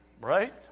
Right